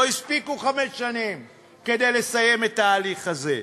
לא הספיקו חמש שנים כדי לסיים את ההליך הזה.